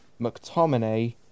McTominay